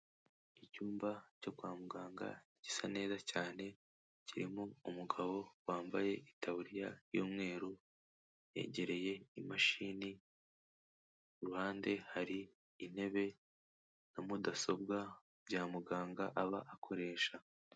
Icyumba cyo kwa muganga gisa neza cyane, kirimo umugabo wambaye itaburiya y'umweru, yegereye imashini, iruhande hari intebe na mudasobwa bya muganga aba akoresha.